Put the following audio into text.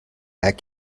that